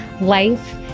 life